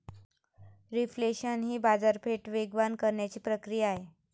reflation ही बाजारपेठ वेगवान करण्याची प्रक्रिया आहे